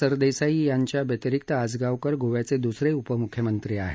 विजय सरदेसाई यांच्या व्यतिरिक्त आजगावकर गोव्याचे दुसरे उपमुख्यमंत्री आहेत